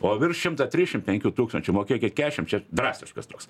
o virš šimtą trišim penkių tūkstančių mokėkit kiašim čia drastiškas toks